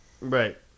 right